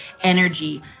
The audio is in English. energy